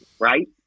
right